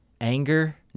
anger